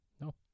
No